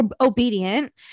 obedient